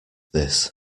this